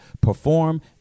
perform